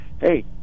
hey